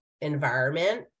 environment